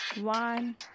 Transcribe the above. one